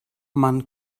man